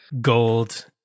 Gold